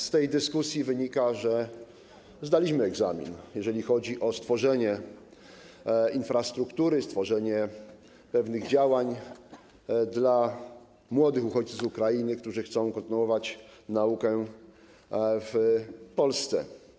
Z tej dyskusji wynika, że zdaliśmy egzamin, jeśli chodzi o stworzenie infrastruktury, wykonanie pewnych działań dla młodych uchodźców z Ukrainy, którzy chcą kontynuować naukę w Polsce.